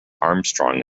armstrong